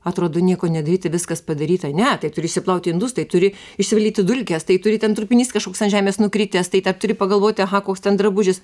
atrodo nieko nedaryti viskas padaryta ne tai turi išsiplauti indus tai turi išsivalyti dulkes tai turi ten trupinys kažkoks ant žemės nukritęs tai turi pagalvoti aha koks ten drabužis